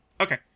Okay